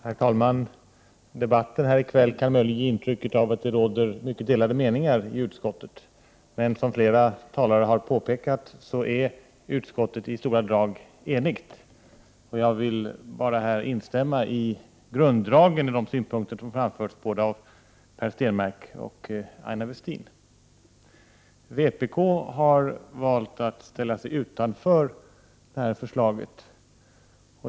Herr talman! Debatten här i kväll kan möjligen ge intryck av att det råder mycket delade meningar i utskottet. Men som flera talare har påpekat är utskottet i stora drag enigt. Jag vill här bara instämma i grunddragen i de synpunkter som framförts av både Per Stenmarck och Aina Westin. Vpk har valt att ställa sig utanför det här förslaget.